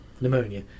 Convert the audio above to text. Pneumonia